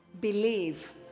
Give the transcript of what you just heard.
believe